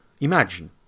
Imagine